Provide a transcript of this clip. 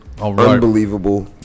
Unbelievable